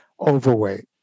overweight